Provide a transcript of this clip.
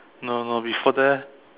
no no before that eh